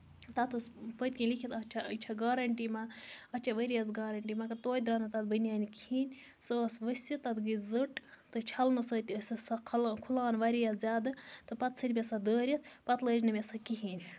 تَتھ اوس پٔتۍ کِنۍ لیٖکھِتھ اچھا یہِ چھا گارینٹی منٛز اَتھ چھےٚ ؤرۍیَس گارینٹی مَگر توتہِ درٛاو نہٕ تتھ بنیٛانہِ کِہیٖنٛۍ سۄ ٲسۍ ؤسِتھ تَتھ گٔے زٔٹ سۅ چھَلنہٕ سۭتۍ ٲسۍ سۄ کھُلان واریاہ زیادٕ تہٕ پَتہٕ ژھُنۍ مےٚ سۄ دٲرِتھ پَتہٕ لاج نہٕ مےٚ سۄ کِہیٖنٛۍ